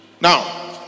Now